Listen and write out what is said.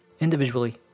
Individually